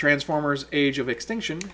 transformers age of extinction